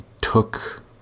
took